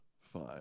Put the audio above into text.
five